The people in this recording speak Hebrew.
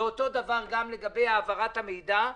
ואותו דבר גם לגבי העברת המידע.